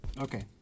Okay